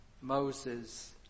Moses